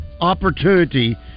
opportunity